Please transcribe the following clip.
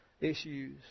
issues